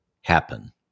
happen